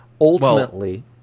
Ultimately